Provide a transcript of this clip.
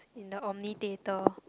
in the Omni Theatre